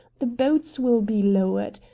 the boats will be lowered.